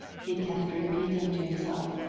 he kept repeating to himself,